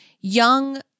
young